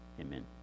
amen